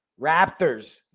Raptors